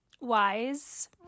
Wise